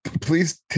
Please